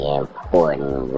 important